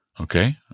Okay